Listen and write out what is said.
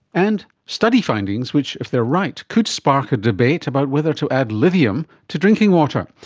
and study findings which, if they are right, could spark a debate about whether to add lithium to drinking water.